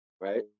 right